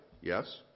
Yes